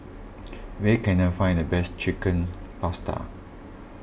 where can I find the best Chicken Pasta